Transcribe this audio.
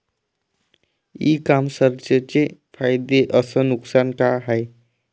इ कामर्सचे फायदे अस नुकसान का हाये